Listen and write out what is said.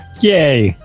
Yay